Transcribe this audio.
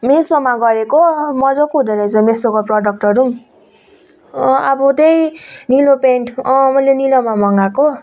मिसोमा गरेको मजाको हुँदो रहेछ मिसोको प्रोडक्टहरू आब त्यही निलो प्यान्ट मैले निलोमा मगाएको